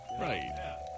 Right